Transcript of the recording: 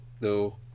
No